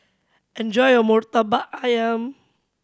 enjoy your Murtabak Ayam